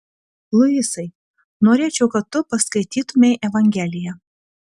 luisai norėčiau kad tu paskaitytumei evangeliją